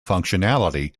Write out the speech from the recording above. functionality